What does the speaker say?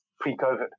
pre-COVID